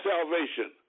salvation